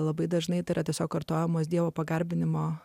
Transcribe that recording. labai dažnai tai yra tiesiog kartojamos dievo pagarbinimo